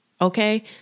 okay